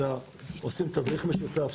אלא עושים תדריך משותף,